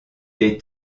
est